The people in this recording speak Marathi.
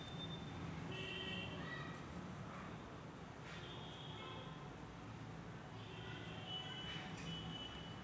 मोड आलेल्या गव्हापासून बनवलेल्या अन्नपदार्थांमध्ये गव्हासारखेच पोषणमूल्य देण्यासाठीही याचा अधिक वापर केला जातो